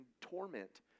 torment